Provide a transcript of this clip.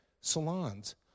salons